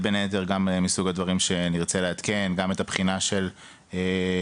גם זה מסוג הדברים שנרצה לעדכן גם את הנושא של אשכול